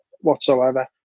Whatsoever